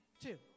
two